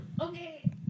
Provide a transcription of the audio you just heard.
okay